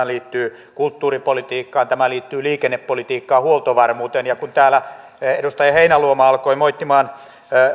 liittyy kulttuuripolitiikkaan tämä liittyy liikennepolitiikkaan huoltovarmuuteen kun täällä edustaja heinäluoma alkoi moittimaan